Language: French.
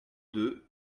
deux